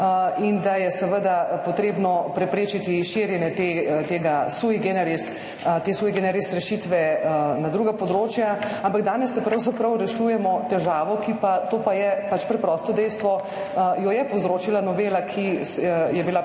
in da je seveda potrebno preprečiti širjenje te sui generis rešitve na druga področja. Ampak danes pravzaprav rešujemo težavo, ki pa, to pa je pač preprosto dejstvo, jo je povzročila novela, ki je bila predlagana